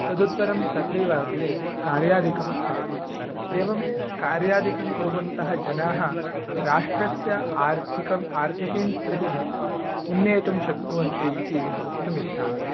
तदुत्तरं तथैव अग्रे कार्यादिकं चलति एवं कार्यादिकं कुर्वन्तः जनाः राष्ट्रस्य आर्थिकम् आर्थिकीं स्थितिम् उन्नेतुं शक्नुवन्ति इति वक्तुमिच्छामि